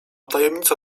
tajemnica